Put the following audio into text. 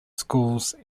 schools